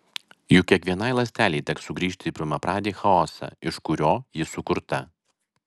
juk kiekvienai ląstelei teks sugrįžti į pirmapradį chaosą iš kurio ji sukurta